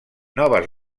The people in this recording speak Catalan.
noves